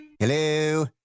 Hello